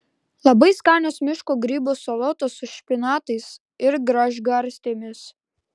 labai skanios miško grybų salotos su špinatais ir gražgarstėmis